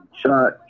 shot